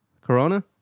Corona